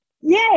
yay